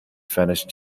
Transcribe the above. furnished